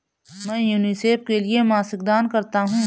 मैं यूनिसेफ के लिए मासिक दान करता हूं